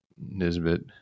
Nisbet